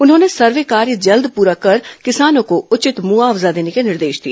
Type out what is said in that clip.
उन्होंने सर्वे कार्य जल्द पूरा कर किसानों को उचित मुआवजा देने के निर्देश दिए